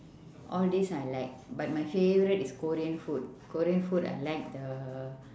all this I like but my favourite is korean food korean food I like the